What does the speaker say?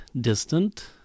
distant